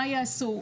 מה יעשו,